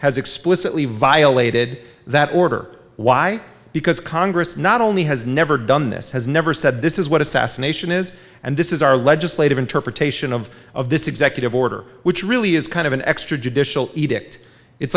has explicitly violated that order why because congress not only has never done this has never said this is what assassination is and this is our legislative interpretation of of this executive order which really is kind of an extrajudicial edict it's